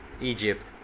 egypt